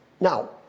Now